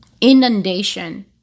inundation